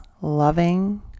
loving